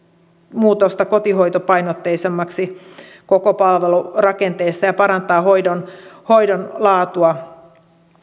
muutosta kotihoitopainotteisemmaksi koko palvelurakenteessa ja parantaa hoidon hoidon laatua